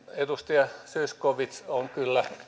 edustaja zyskowicz on kyllä